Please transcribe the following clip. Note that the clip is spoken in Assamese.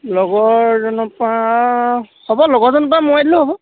লগৰজনৰ পৰা হ'ব লগৰজনৰ পৰা মৰোৱাই দিলেও হ'ব